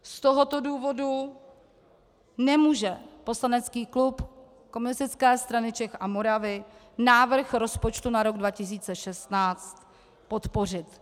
Z tohoto důvodu nemůže poslanecký klub Komunistické strany Čech a Moravy návrh rozpočtu na rok 2016 podpořit.